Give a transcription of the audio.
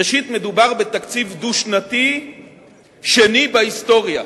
ראשית, מדובר בתקציב דו-שנתי שני בהיסטוריה,